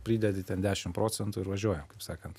pridedi ten dešim procentų ir važiuojam kaip sakant